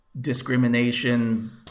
discrimination